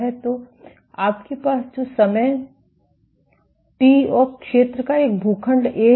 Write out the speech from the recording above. तो आपके पास जो समय टी और क्षेत्र का एक भूखंड ए है